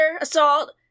assault